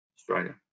Australia